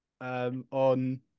On